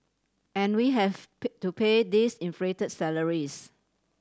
and we have pay to pay these inflated salaries